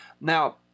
Now